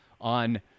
On